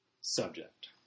subject